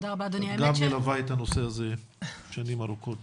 שגם מלווה את הנושא הזה שנים ארוכות.